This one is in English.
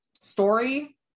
story